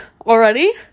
already